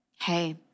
hey